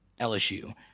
LSU